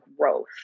growth